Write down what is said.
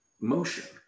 motion